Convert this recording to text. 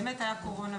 באמת הייתה קורונה,